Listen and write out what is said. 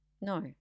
No